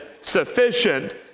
sufficient